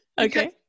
Okay